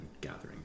gathering